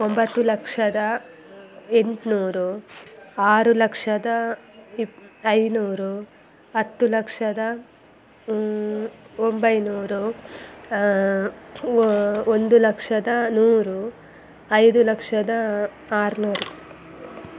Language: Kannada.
ಒಂಬತ್ತು ಲಕ್ಷದ ಎಂಟುನೂರು ಆರು ಲಕ್ಷದ ಇಪ್ ಐನೂರು ಹತ್ತು ಲಕ್ಷದ ಒಂಬೈನೂರು ಓ ಒಂದು ಲಕ್ಷದ ನೂರು ಐದು ಲಕ್ಷದ ಆರುನೂರು